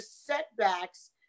setbacks